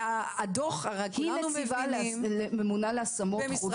היא נציבה ממונה להשמות חוץ-ביתיות.